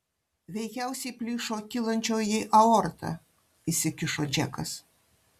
veikiausiai plyšo kylančioji aorta įsikišo džekas